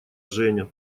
женя